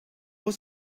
was